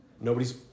Nobody's